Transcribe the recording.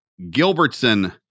Gilbertson